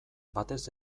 batez